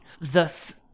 thus